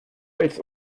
als